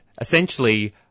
essentially